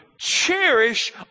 cherish